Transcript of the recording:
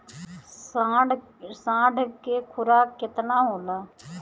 साढ़ के खुराक केतना होला?